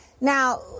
Now